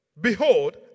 Behold